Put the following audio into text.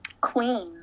Queen